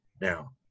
Now